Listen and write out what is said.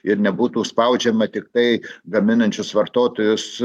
ir nebūtų spaudžiama tiktai gaminančius vartotojus